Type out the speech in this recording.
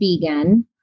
vegan